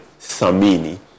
Samini